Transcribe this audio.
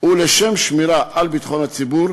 ולשם שמירה על ביטחון הציבור,